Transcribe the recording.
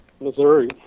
Missouri